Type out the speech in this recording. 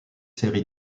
série